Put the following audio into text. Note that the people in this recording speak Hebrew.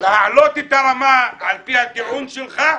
להעלות את הרמה על פי הטיעון שלך,